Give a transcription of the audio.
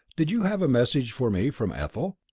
did you have a message for me from ethel?